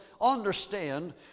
understand